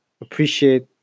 appreciate